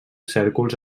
cèrcols